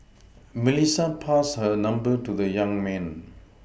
Melissa passed her number to the young man